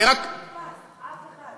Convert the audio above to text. פה אף אחד לא נתפס.